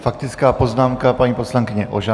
Faktická poznámka paní poslankyně Ožanové.